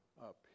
up